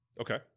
Okay